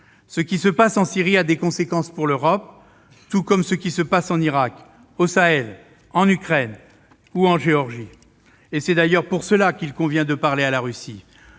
Ce qui se passe en Syrie a des conséquences pour l'Europe, tout comme ce qui se passe en Irak, au Sahel, en Ukraine ou en Géorgie. C'est d'ailleurs pour cela qu'il convient de parler à la Russie